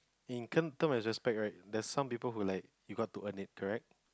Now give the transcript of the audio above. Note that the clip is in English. in term term and respect right there's some people who like you got to earn it correct